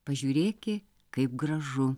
pažiūrėki kaip gražu